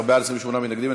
17 בעד, 28 מתנגדים.